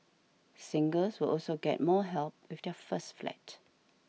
singles will also get more help with their first flat